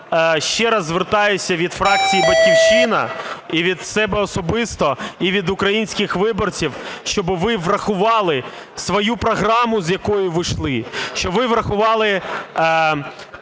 ще раз звертаюся від фракції "Батьківщина" і від себе особисто і від українських виборців, щоб ви врахували свою програму, з якою ви йшли, щоб ви врахували